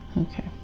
okay